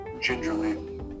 gingerly